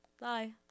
bye